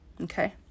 okay